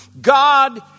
God